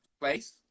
place